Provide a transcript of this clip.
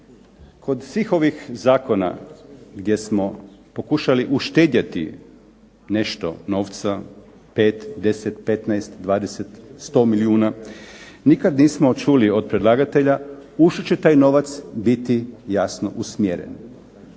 kod svih ovih zakona gdje smo pokušali uštedjeti nešto novca 5, 10, 15, 20, 100 milijuna, nikad nismo čuli od predlagatelja u što će taj novac biti jasno usmjeren.